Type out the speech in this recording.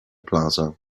plaza